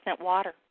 water